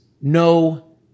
no